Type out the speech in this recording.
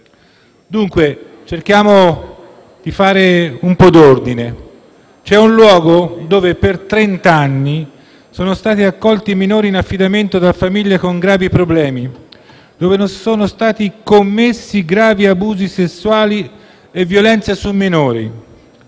Dunque, cerchiamo di fare un po' d'ordine: c'è un luogo dove per trent'anni sono stati accolti minori in affidamento da famiglie con gravi problemi, dove sono stati commessi gravi abusi sessuali e violenze su minori.